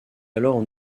alors